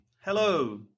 Hello